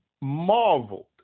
marveled